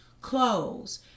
clothes